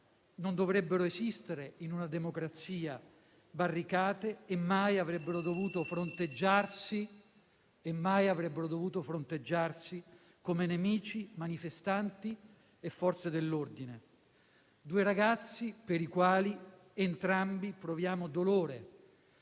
Non dovrebbero esistere, in una democrazia, barricate e mai avrebbero dovuto fronteggiarsi come nemici manifestanti e Forze dell'ordine; due ragazzi per entrambi i quali proviamo dolore,